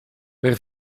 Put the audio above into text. per